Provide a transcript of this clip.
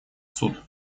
суд